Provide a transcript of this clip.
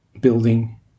building